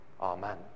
Amen